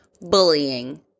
bullying